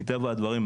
מטבע הדברים,